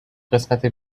قسمت